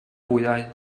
wyau